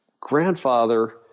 grandfather